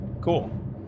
Cool